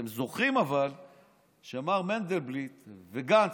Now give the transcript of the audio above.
אבל אתם זוכרים שמר מנדלבליט וגנץ,